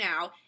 now